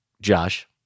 Josh